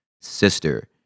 sister